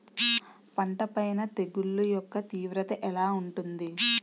పంట పైన తెగుళ్లు యెక్క తీవ్రత ఎలా ఉంటుంది